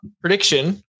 prediction